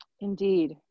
Indeed